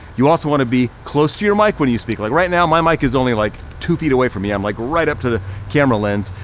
you also wanna be close to your mic when you speak. like right now, my mic is only like two feet away from me. i'm like right up to the camera lens.